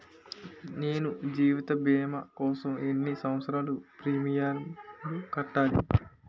నేను జీవిత భీమా కోసం ఎన్ని సంవత్సారాలు ప్రీమియంలు కట్టాలి?